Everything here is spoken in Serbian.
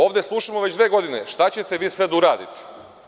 Ovde slušamo već dve godine šta ćete vi sve da uradite.